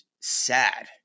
sad